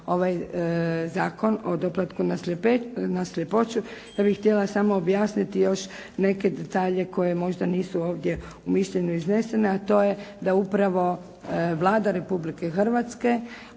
ovaj Zakon o doplatku na sljepoću. Ja bih htjela samo objasniti još neke detalje koji možda nisu ovdje u mišljenju iznesena, a to je da upravo Vlada Republike Hrvatske